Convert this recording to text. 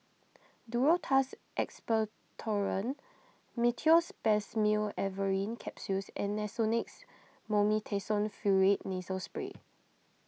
Duro Tuss Expectorant Meteospasmyl Alverine Capsules and Nasonex Mometasone Furoate Nasal Spray